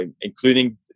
including